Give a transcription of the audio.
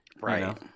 Right